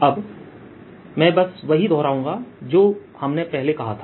अब मैं बस वही दोहराऊंगा जो हमने पहले कहा था